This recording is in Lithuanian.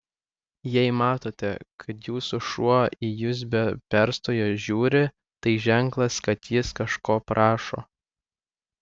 jei matote kad jūsų šuo į jus be perstojo žiūri tai ženklas kad jis kažko prašo